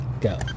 go